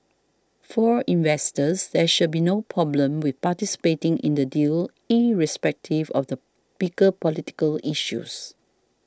for investors there should be no problem with participating in the deal irrespective of the bigger political issues